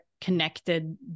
connected